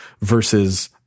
versus